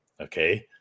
okay